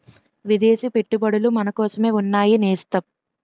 విదేశీ పెట్టుబడులు మనకోసమే ఉన్నాయి నేస్తం